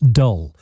dull